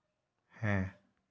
ᱦᱮᱸ